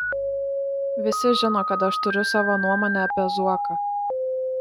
visi žino kad aš turiu savo nuomonę apie zuoką